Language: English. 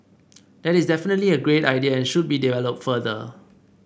that is definitely a great idea and should be developed further